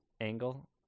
angle